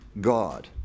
God